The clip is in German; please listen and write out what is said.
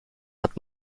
hat